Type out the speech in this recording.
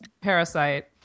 Parasite